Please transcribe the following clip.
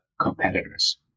competitors